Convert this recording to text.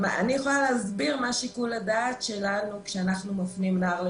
אני יכולה להסביר מה שיקול הדעת שלנו כשאנחנו מפנים נער למסגרות.